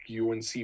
UNC